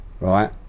Right